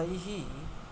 तैः